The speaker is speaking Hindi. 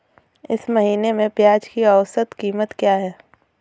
इस महीने में प्याज की औसत कीमत क्या है?